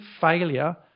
failure